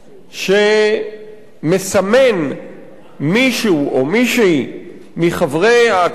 שמסמן מישהו או מישהי מחברי האקדמיה הלאומית